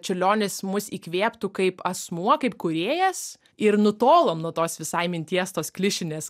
čiurlionis mus įkvėptų kaip asmuo kaip kūrėjas ir nutolom nuo tos visai minties tos klišinės